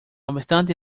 obstante